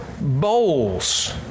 bowls